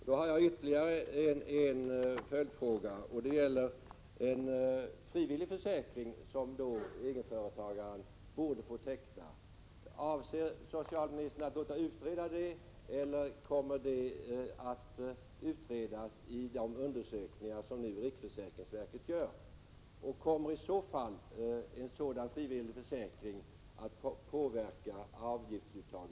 Då har jag ytterligare en följdfråga som gäller en frivillig försäkring som egenföretagaren borde få teckna. Avser socialministern att låta utreda detta eller kommer det att utredas i samband med de undersökningar som Prot. 1987/88:43 riksförsäkringsverket nu gör? Kommer i så fall en sådan frivillig försäkring — 11 december 1987 ; 5 : att påverka avgiftsuttagets storlek?